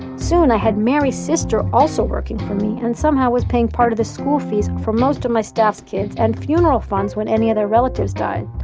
soon, i had mary's sister also working for me, and somehow was paying part of the school fees for most of my staff's kids and funeral funds when any of their relatives died,